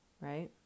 right